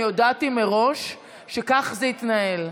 אני הודעתי מראש שכך זה יתנהל.